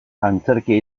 antzerkia